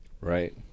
Right